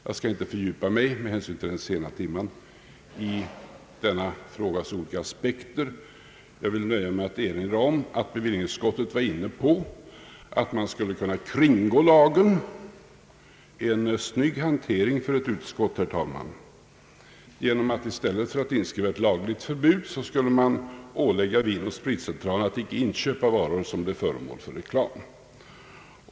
Jag skall inte med hänsyn till den sena timmen fördjupa mig i denna frågas olika aspekter, utan vill nöja mig med att erinra om att bevillningsutskottet var inne på att man skulle kunna kringgå lagen — en snygg hantering för ett utskott, herr talman — genom att man i stället för att inskriva ett lagligt förbud skulle ålägga Vinoch spritcentralen att icke inköpa varor som blev föremål för reklam.